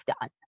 done